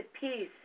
peace